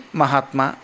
Mahatma